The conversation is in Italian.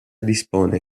dispone